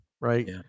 Right